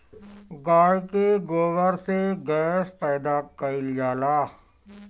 गाय के गोबर से गैस पैदा कइल जाला